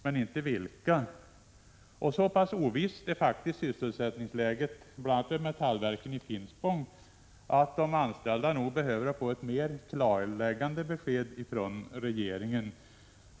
Men han nämner inte vilka. Sysselsättningsläget för bl.a. Metallverken i Finspång är så pass ovisst att de anställda nog behöver få ett mera klarläggande besked från regeringen.